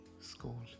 school